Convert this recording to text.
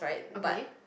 okay